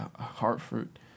Hartford